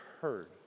heard